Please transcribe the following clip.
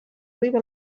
arriba